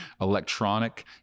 electronic